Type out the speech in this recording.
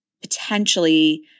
potentially